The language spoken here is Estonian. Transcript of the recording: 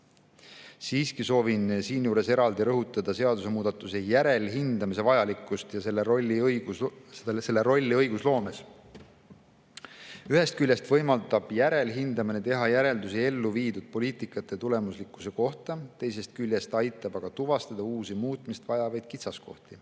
Siiski soovin siinjuures eraldi rõhutada seadusemuudatuse järelhindamise vajalikkust ja selle rolli õigusloomes. Ühest küljest võimaldab järelhindamine teha järeldusi ellu viidud poliitika tulemuslikkuse kohta, teisest küljest aitab tuvastada uusi muutmist vajavaid kitsaskohti,